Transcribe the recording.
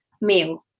meal